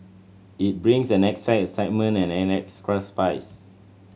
it brings an extra excitement and an extra spice